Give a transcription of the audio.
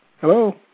Hello